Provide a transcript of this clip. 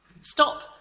Stop